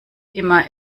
immer